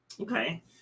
Okay